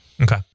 okay